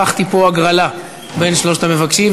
ערכתי פה הגרלה בין שלושת המבקשים,